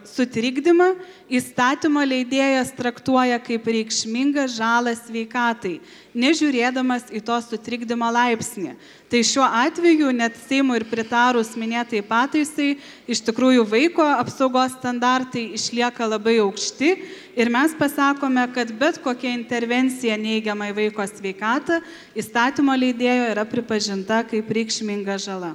sutrikdymą įstatymo leidėjas traktuoja kaip reikšmingą žalą sveikatai nežiūrėdamas į to sutrikdymą laipsnį tai šiuo atveju net seimui ir pritarus minėtai pataisai iš tikrųjų vaiko apsaugos standartai išlieka labai aukšti ir mes pasakome kad bet kokia intervencija neigiama į vaiko sveikatą įstatymo leidėjo yra pripažinta kaip reikšminga žala